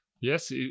yes